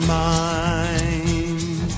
mind